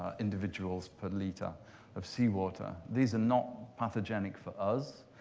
individuals per liter of seawater. these are not pathogenic for us.